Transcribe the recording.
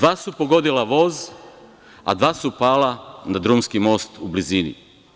Dva su pogodila voz, a dva su pala na drumski most u blizini.